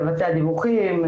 לבצע דיווחים,